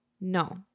no